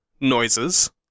noises